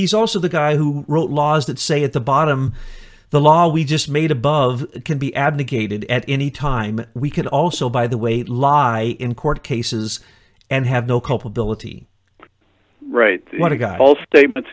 he's also the guy who wrote laws that say at the bottom the law we just made above can be abrogated at any time and we can also by the way lie in court cases and have no culpability right when i got all statements